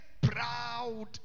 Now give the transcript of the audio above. proud